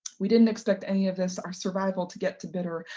we didn't expect any of this our survival to get to bitter,